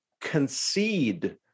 concede